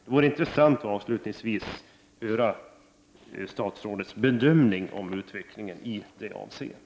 Det vore intressant att höra statsrådets bedömning av utvecklingen i det avseendet.